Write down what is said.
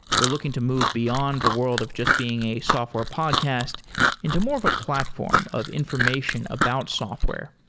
we're looking to move beyond the world of just being a software podcast into more of a platform of information about software.